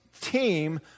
team